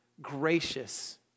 gracious